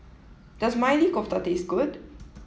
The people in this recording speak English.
does Maili Kofta taste good